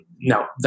Now